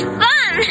fun